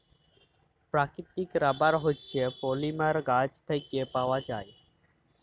পাকিতিক রাবার হছে পলিমার গাহাচ থ্যাইকে পাউয়া যায়